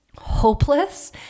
hopeless